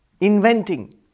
inventing